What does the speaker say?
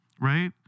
Right